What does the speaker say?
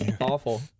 Awful